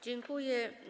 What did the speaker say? Dziękuję.